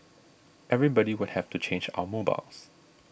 everybody would have to change our mobiles